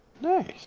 Nice